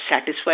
satisfied